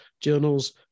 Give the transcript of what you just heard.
journals